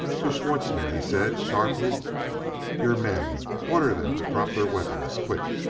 to schwartzmann he said sharply your men order them to drop their weapons. quick!